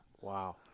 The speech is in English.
Wow